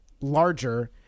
larger